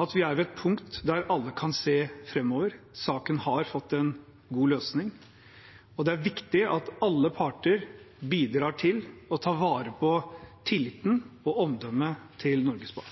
at vi er ved et punkt der alle kan se framover. Saken har fått en god løsning. Det er viktig at alle parter bidrar til og tar vare på tilliten og omdømmet til Norges Bank.